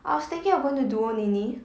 I was thinking about going to duo liney